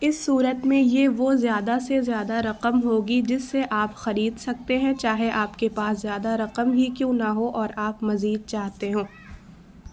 اس صورت میں یہ وہ زیادہ سے زیادہ رقم ہوگی جس سے آپ خرید سکتے ہیں چاہے آپ کے پاس زیادہ رقم ہی کیوں نہ ہو اور آپ مزید چاہتے ہوں